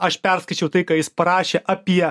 aš perskaičiau tai ką jis parašė apie